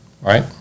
right